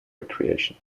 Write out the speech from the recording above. recreation